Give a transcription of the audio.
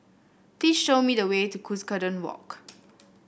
please show me the way to Cuscaden Walk